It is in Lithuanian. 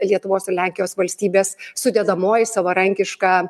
lietuvos ir lenkijos valstybės sudedamoji savarankiška